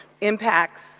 Impacts